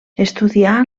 estudià